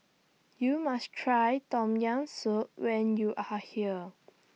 YOU must Try Tom Yam Soup when YOU Are here